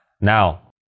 Now